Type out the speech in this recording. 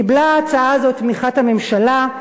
קיבלה את תמיכת הממשלה,